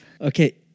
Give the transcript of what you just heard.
Okay